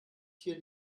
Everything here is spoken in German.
hier